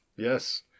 Yes